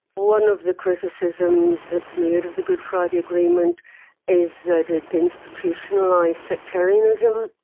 one of the criticisms that's made of the good friday agreement is that it institutionalised sectarianism.